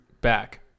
back